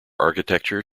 architecture